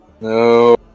No